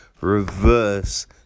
reverse